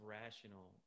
rational